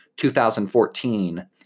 2014